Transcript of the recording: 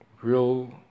real